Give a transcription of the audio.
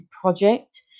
project